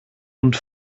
und